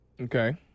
Okay